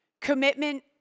commitment